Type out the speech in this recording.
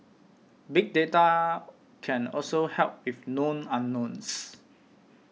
big data can also help with known unknowns